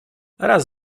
raz